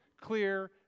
clear